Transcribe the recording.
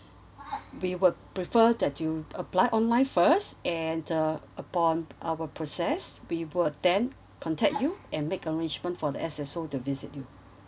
we will prefer that you apply online first and uh upon our process we would then contact you and make arrangement for the S_S_O to visit you